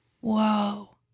Whoa